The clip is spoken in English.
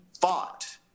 fought